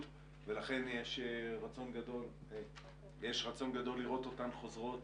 ולכן יש רצון גדול לראות אותן חוזרות